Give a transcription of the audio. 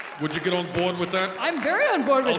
would you get on board with that? i'm very onboard